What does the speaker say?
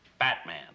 Batman